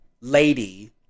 lady